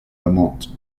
vermont